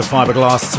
Fiberglass